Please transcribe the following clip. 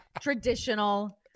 traditional